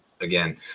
again